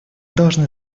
должны